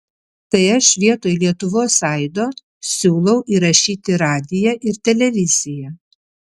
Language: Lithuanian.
tai aš vietoj lietuvos aido siūlau įrašyti radiją ir televiziją